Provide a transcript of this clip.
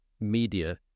media